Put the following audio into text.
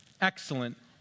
excellent